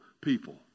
people